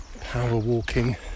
power-walking